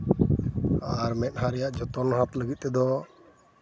ᱟᱨ ᱢᱮᱸᱫᱦᱟ ᱨᱮᱭᱟᱜ ᱡᱚᱛᱚᱱ ᱦᱟᱛᱟᱣ ᱞᱟᱹᱜᱤᱫ ᱛᱮᱫᱚ